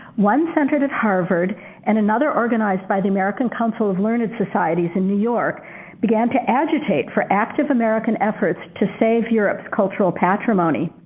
one centered at harvard and another organized by the american council of learned societies in new york began to agitate for active american efforts to save europe's cultural patrimony.